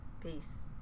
Peace